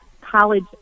college